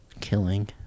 Killing